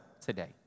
today